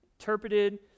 interpreted